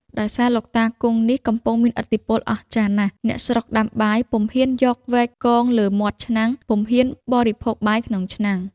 ដោយសារលោកតាគង់នេះ កំពុងមានឥទ្ធិពលអស្ចារ្យណាស់ អ្នកស្រុកដាំបាយពុំហ៊ានយកវែកគងលើមាត់ឆ្នាំង ពុំហ៊ានបរិភោគបាយក្នុងឆ្នាំង ។